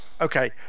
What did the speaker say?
Okay